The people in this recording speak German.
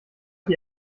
die